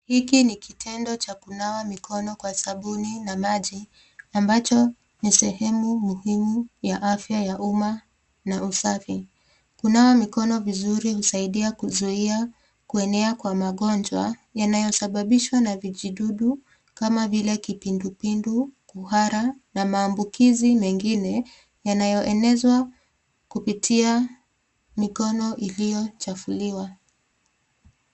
Hiki ni kitendo cha kunawa mikono kwa sabuni na maji ambacho ni sehemu muhimu ya afya ya uma na usafi. Kunawa mikono vizuri husaidia kuzuia kuenea kwa magonjwa yanayosababishwa na vijidudu kama vile kipindupindu, kuhara na maambukizi mengine yanayoenezwa mikono iliyochafuliwa.